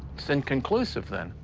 it's inconclusive, then.